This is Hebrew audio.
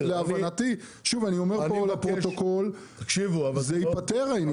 להבנתי, שוב אני אומר פה לפרוטוקול, העניין ייפתר.